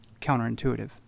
counterintuitive